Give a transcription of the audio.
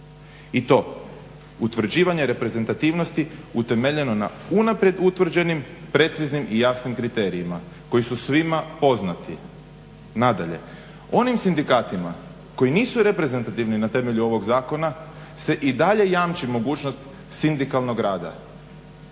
i to utvrđivanje reprezentativnosti utemeljeno na unaprijed utvrđenim preciznim i jasnim kriterijima koji su svima poznati. Nadalje, onim sindikatima koji nisu reprezentativni na temelju ovoga zakona se i dalje jamči mogućnost sindikalnog rada,